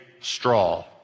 straw